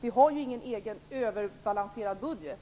Vi har ju ingen egen överbalanserad budget.